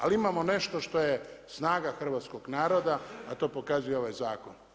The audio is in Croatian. Ali imamo nešto što je snaga hrvatskog naroda, a to pokazuje ovaj zakon.